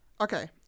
Okay